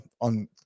on